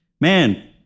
Man